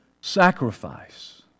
sacrifice